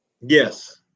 yes